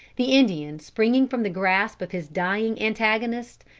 the indian, springing from the grasp of his dying antagonist,